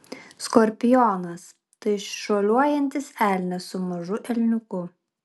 skorpionas tai šuoliuojantis elnias su mažu elniuku